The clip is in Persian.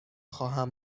خواهم